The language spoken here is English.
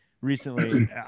Recently